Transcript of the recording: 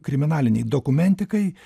kriminalinei dokumentikai